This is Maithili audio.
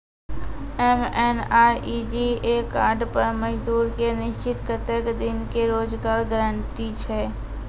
एम.एन.आर.ई.जी.ए कार्ड पर मजदुर के निश्चित कत्तेक दिन के रोजगार गारंटी छै?